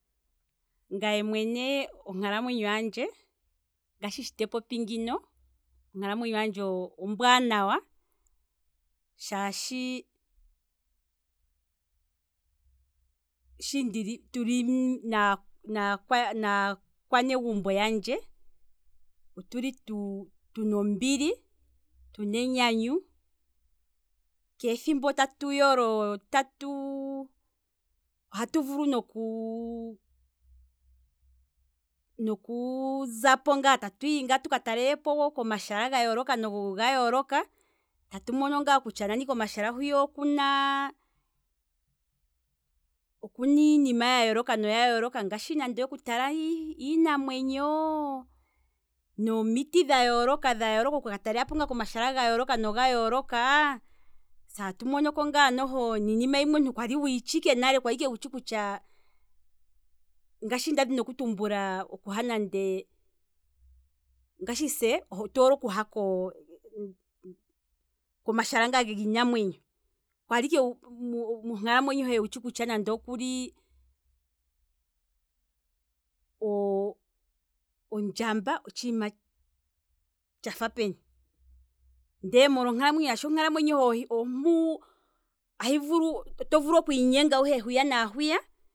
Ngaye mwene onkalamwenyo handje, ngaashi shi te popi ngino, onkalamwenyo handje ombwaanawa, shaashi, shituli naakwa naakwa naakwanegumbo yandje, otuli tuna ombili, tuna enyanyu, keethimbo otatu yolo, ohatu vulu noku oku zapo tatu hi ngaa tuka ta lelepo komashala ga yooloka noga yooloka, tatu mono ngaa kutya nani komashala hwiya okuna iinima ya yooloka noya yooloka ngaashi nande oku tala iinamwenyo, nomiti dha yooloka nodha yooloka, okuka ta lelapo ngaa komashala ga yooloka noga yooloka, se tatu monoko ngaa niinima yimwe kwali ike wuyi tshi nale. kwali ike wutshi kutya ngaashi nda dhini oku tumbula, okuha nande, ngaashi se otu hole okuha komasha nga giinamwenyo, kwali ike monkalamwenyo hohe wutshi ike nande okuli ondjamba otshiima tshafa peni, ndele molwa onkalamwenyo shaashi onkalamwenyo hohe ompu, oto vulu okwiinyenga wuhe hwiya nahwiya